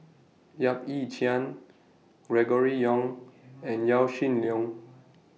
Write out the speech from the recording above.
Yap Ee Chian Gregory Yong and Yaw Shin Leong